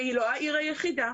והיא לא העיר היחידה,